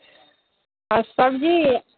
अँ सबजी